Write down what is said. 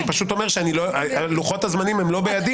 אני פשוט אומר שלוחות-הזמנים לא בידי.